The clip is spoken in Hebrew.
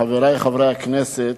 חברי חברי הכנסת,